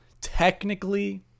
Technically